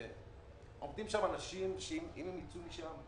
עובדים שם אנשים שאם הם יצאו משם,